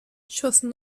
schossen